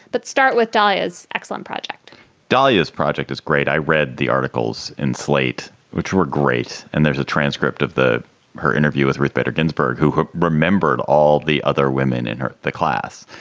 but start with dayas excellent project dalia's project is great. i read the articles in slate, which were great, and there's a transcript of the her interview with ruth bader ginsburg, who who remembered all the other women in her class,